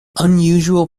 unusual